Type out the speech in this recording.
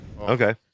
Okay